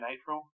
April